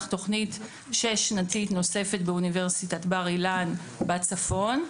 תוכנית שש-שנתית נוספת באוניברסיטת בר אילן בצפון,